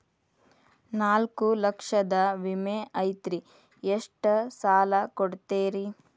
ನಾಲ್ಕು ಲಕ್ಷದ ವಿಮೆ ಐತ್ರಿ ಎಷ್ಟ ಸಾಲ ಕೊಡ್ತೇರಿ?